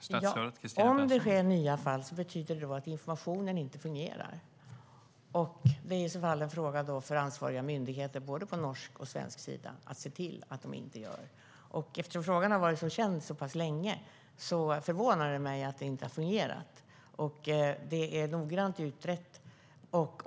Herr talman! Om det är nya fall betyder det att informationen inte fungerar. Det är i så fall en fråga för ansvariga myndigheter på både norsk och svensk sida att se till att den gör det. Eftersom frågan har varit känd så pass länge förvånar det mig att det inte har fungerat. Det är noggrant utrett.